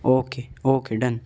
okay okay done